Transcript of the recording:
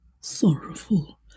sorrowful